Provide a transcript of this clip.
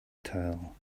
tail